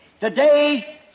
Today